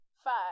Five